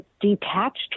detached